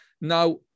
Now